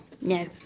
no